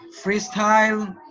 freestyle